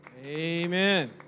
Amen